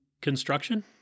construction